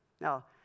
Now